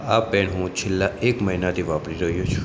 આ પૅન હું છેલ્લા એક મહિનાથી વાપરી રહ્યો છું